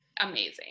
amazing